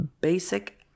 basic